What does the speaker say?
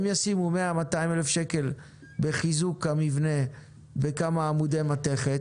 הם ישימו 100,000 שקל או 200,000 שקל בחיזוק המבנה בכמה עמודי מתכת,